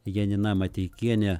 janina mateikienė